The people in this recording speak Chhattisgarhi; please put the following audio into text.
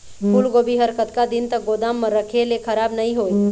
फूलगोभी हर कतका दिन तक गोदाम म रखे ले खराब नई होय?